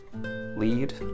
lead